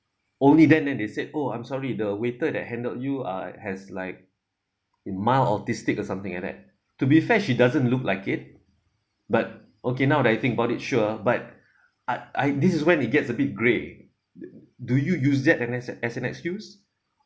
only then then they said oh I'm sorry the waiter that handled you uh has like in mild autistic or something like that to be fair she doesn't look like it but okay now that I think about it sure but I I this is when it gets a bit gray do you use that as an as an excuse